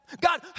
God